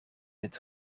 het